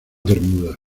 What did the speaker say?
bermudas